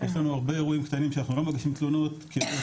יש לנו הרבה אירועים קטנים שאנחנו לא מגישים תלונות כי אחרת